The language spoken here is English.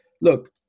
look